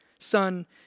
Son